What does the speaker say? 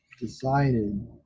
decided